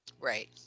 Right